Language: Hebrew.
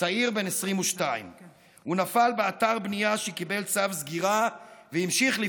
צעיר בן 22. הוא נפל באתר בנייה שקיבל צו סגירה והמשיך לפעול.